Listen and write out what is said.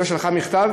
לא שלחה מכתב,